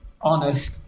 honest